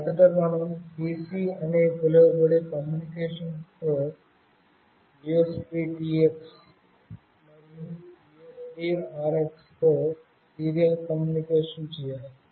మొదట మనం "పిసి""pc" అని పిలువబడే కమ్యూనికేషన్తో యుఎస్బిటిఎక్స్ మరియు యుఎస్బిఆర్ఎక్స్తో సీరియల్ కమ్యూనికేషన్ చేయాలి